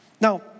Now